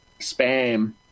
spam